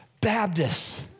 Baptists